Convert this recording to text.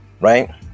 Right